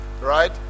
right